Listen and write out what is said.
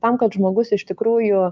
tam kad žmogus iš tikrųjų